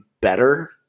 better